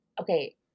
Okay